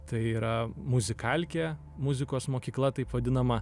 tai yra muzikalkė muzikos mokykla taip vadinama